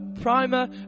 primer